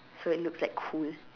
so it looks like cool